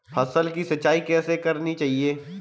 फसल की सिंचाई कैसे करनी चाहिए?